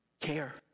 Care